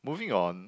moving on